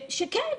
וכן,